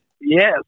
yes